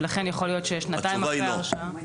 לכן יכול להיות ששנתיים אחרי ההרשעה --- התשובה היא לא.